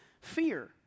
fear